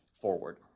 forward